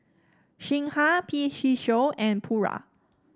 Singha P C Show and Pura